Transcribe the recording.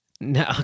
No